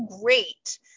great